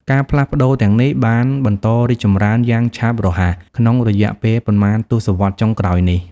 ការផ្លាស់ប្តូរទាំងនេះបានបន្តរីកចម្រើនយ៉ាងឆាប់រហ័សក្នុងរយៈពេលប៉ុន្មានទសវត្សរ៍ចុងក្រោយនេះ។